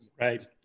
right